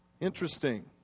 Interesting